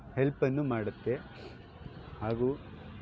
ಹೆಲ್ಪನ್ನು ಮಾಡುತ್ತೆ ಹಾಗೂ